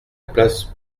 place